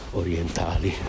orientali